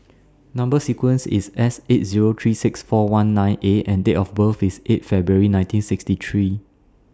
Number sequence IS S eight Zero three six four one nine A and Date of birth IS eight February nineteen sixty three